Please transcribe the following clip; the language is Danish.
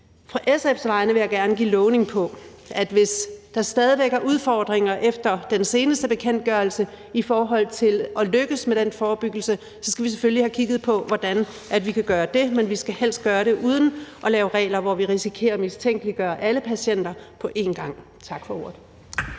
På SF's vegne vil jeg gerne give lovning på, at hvis der stadig væk er udfordringer efter den seneste bekendtgørelse i forhold til at lykkes med den forebyggelse, så skal vi selvfølgelig have kigget på, hvordan vi kan gøre det, men vi skal helst gøre det uden at lave regler, hvor vi risikerer at mistænkeliggøre alle patienter på en gang. Tak for ordet.